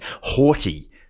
haughty